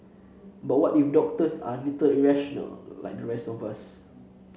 but what if doctors are a little irrational like the rest of us